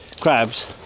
crabs